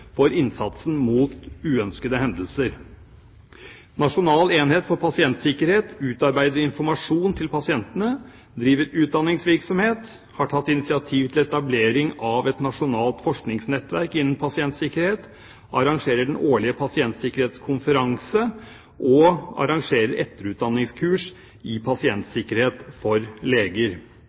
for innsatsen mot uønskede hendelser. Nasjonal enhet for pasientsikkerhet utarbeider informasjon til pasientene, driver utdanningsvirksomhet, har tatt initiativ til etablering av et nasjonalt forskningsnettverk innen pasientsikkerhet, arrangerer den årlige pasientsikkerhetskonferanse og arrangerer etterutdanningskurs i pasientsikkerhet for leger.